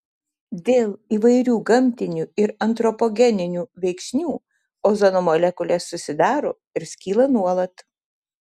dėl įvairių gamtinių ir antropogeninių veiksnių ozono molekulės susidaro ir skyla nuolat